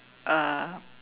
a